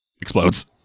Explodes